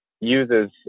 uses